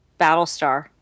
Battlestar